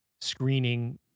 screening